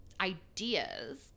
ideas